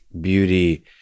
beauty